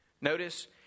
Notice